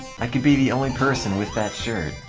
like be the only person with that shirt